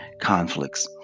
conflicts